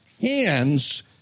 hands